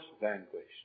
vanquished